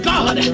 God